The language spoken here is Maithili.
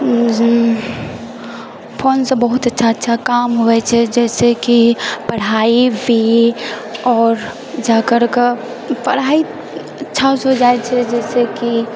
फोनसँ बहुत अच्छा अच्छा काम हुअए छै जइसेकि पढ़ाइ भी आओर जाकरकऽ पढ़ाइ अच्छासँ हो जाइ छै जइसेकि